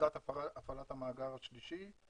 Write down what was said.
לקראת הפעלת המאגר השלישי,